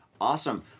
Awesome